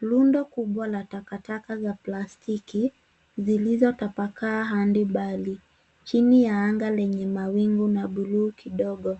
Rundo kubwa la takataka za plastiki, zilizotapakaa hadi mbali, chini ya anga lenye mawingi na blue kidogo.